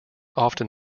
often